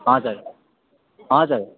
हजुर हजुर